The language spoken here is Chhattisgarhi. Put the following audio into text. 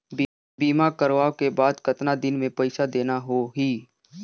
बीमा करवाओ के बाद कतना दिन मे पइसा देना हो ही?